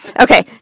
Okay